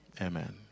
amen